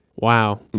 Wow